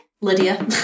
Lydia